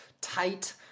tight